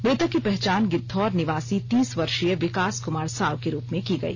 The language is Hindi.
मृतक की पहचान गिद्दौर निवासी तीस वर्षीय विकास कुमार साव के रूप में की गई